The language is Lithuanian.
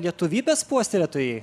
lietuvybės puoselėtojai